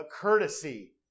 courtesy